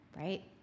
right